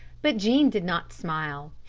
but jean did not smile.